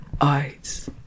eyes